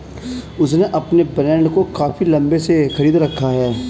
उसने अपने बॉन्ड को काफी लंबे समय से खरीद रखा है